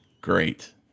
Great